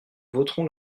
voterons